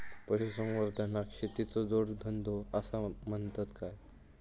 पशुसंवर्धनाक शेतीचो जोडधंदो आसा म्हणतत काय?